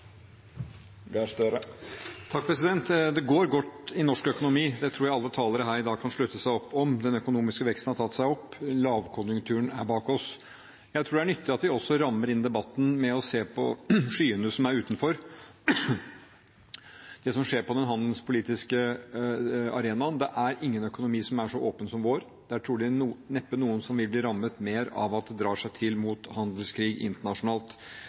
godt i norsk økonomi. Det tror jeg alle talere her i dag kan slutte opp om. Den økonomiske veksten har tatt seg opp. Lavkonjunkturen er bak oss. Jeg tror det er nyttig at vi også rammer inn debatten med å se på skyene som er utenfor det som skjer på den handelspolitiske arenaen. Det er ingen økonomi som er så åpen som vår. Det er neppe noen som vil bli rammet mer av at det drar seg til mot handelskrig internasjonalt.